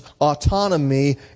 autonomy